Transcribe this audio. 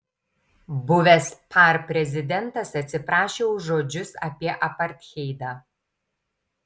buvęs par prezidentas atsiprašė už žodžius apie apartheidą